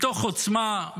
מתוך עוצמה,